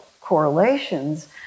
correlations